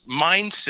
mindset